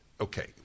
okay